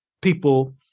people